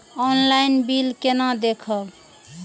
Online bill केना देखब?